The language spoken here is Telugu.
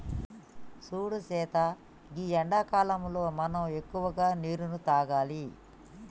సూడు సీత గీ ఎండాకాలంలో మనం ఎక్కువగా నీరును తాగాలి